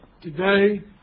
today